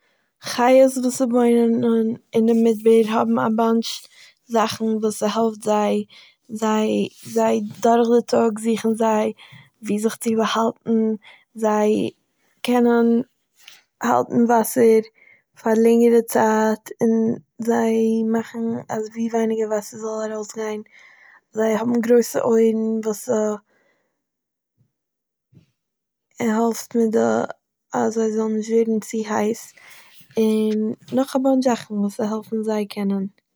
חיות וואס ס'וואוינען אין דער מדבר האבן א באנטש זאכן וואס ס'העלפט זיי, זיי זיי דורכך די טאג זוכן זיי וואו זיך צו באהאלטן זיי קענען האלטן וואסער פאר לענגערע צייט און זיי מאכן אז ווי ווייניגער וואסער זאל ארויסגיין זיי האבן גרויסע אויערן וואס ס'העלפן די, אז זיי זאלן נישט ווערן צו הייס, און נאך א באנטש זאכן וואס ס'העלפן זיי קענען...